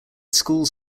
schools